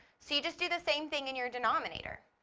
so you just do the same thing in your denominator.